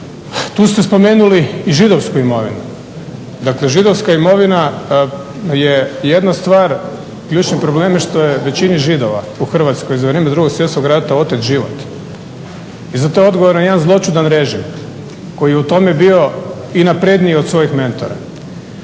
Tu ste spomenuli i židovsku imovinu. Dakle, židovska imovina je jedna stvar, ključni problem je što je većini Židova u Hrvatskoj za vrijeme 2. svjetskog rata otet život. I za to je odgovoran jedan … /Govornik se ne razumije./… koji je u tome bio i napredniji od svojih mentora.